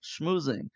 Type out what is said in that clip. schmoozing